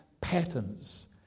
patterns